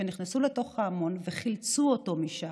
שנכנסו לתוך ההמון וחילצו אותו משם.